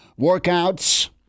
workouts